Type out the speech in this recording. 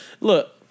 Look